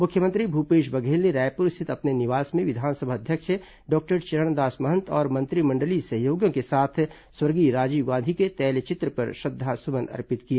मुख्यमंत्री भूपेश बघेल ने रायपुर स्थित अपने निवास मे विधानसभा अध्यक्ष डॉक्टर चरणदास महंत और मंत्रिमंडलीय सहयोगियों के साथ स्वर्गीय राजीव गांधी के तैलचित्र पर श्रद्वासुमन अर्पित किए